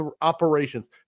operations